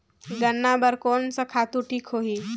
गन्ना बार कोन सा खातु ठीक होही?